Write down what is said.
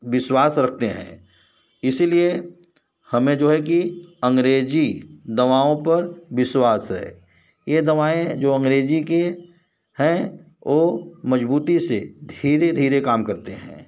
विश्वास रखते हैं इसीलिए हमें जो है कि अंग्रेज़ी दवाओं पर विश्वास है ये दवाएँ जो अंग्रेजी की ए हैं ओ मज़बूती से धीरे धीरे काम करते हैं